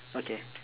okay